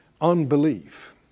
unbelief